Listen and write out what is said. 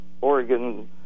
Oregon